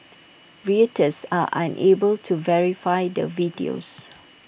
Reuters are unable to verify the videos